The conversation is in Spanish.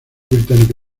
británico